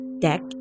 deck